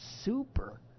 super